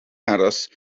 aros